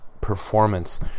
performance